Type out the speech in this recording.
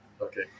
Okay